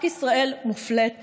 רק ישראל מופלית לרעה.